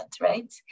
right